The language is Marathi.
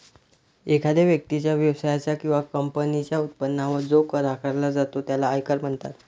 एखाद्या व्यक्तीच्या, व्यवसायाच्या किंवा कंपनीच्या उत्पन्नावर जो कर आकारला जातो त्याला आयकर म्हणतात